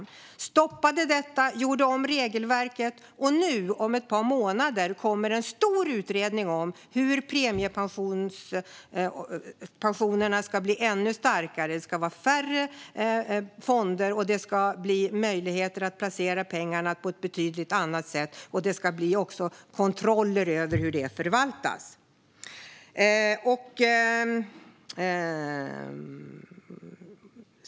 Vi stoppade detta och gjorde om regelverket, och om ett par månader kommer en stor utredning om hur premiepensionerna ska bli ännu starkare. Det ska vara färre fonder, det ska finnas möjlighet att placera pengarna på ett annat sätt och det ska också bli kontroller av hur det förvaltas.